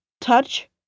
touch